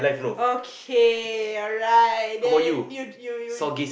okay alright then you you you